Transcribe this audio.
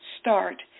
start